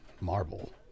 marble